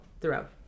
throughout